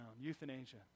euthanasia